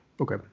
Okay